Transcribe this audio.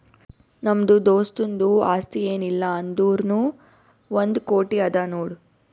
ನಮ್ದು ದೋಸ್ತುಂದು ಆಸ್ತಿ ಏನ್ ಇಲ್ಲ ಅಂದುರ್ನೂ ಒಂದ್ ಕೋಟಿ ಅದಾ ನೋಡ್